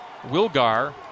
Wilgar